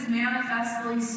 manifestly